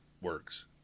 works